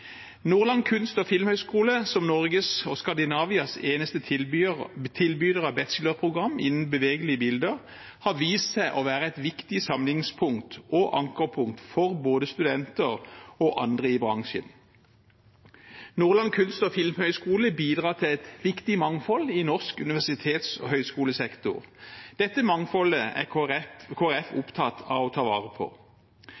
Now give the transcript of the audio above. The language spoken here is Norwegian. Nordland kunst- og filmhøgskole, som Norges og Skandinavias eneste tilbyder av bachelorprogram innen bevegelige bilder, har vist seg å være et viktig samlingspunkt og ankerpunkt for både studenter og andre i bransjen. Nordland kunst- og filmhøgskole bidrar til et viktig mangfold i norsk universitets- og høyskolesektor. Dette mangfoldet er